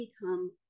become